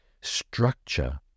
structure